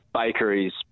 Bakeries